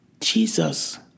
Jesus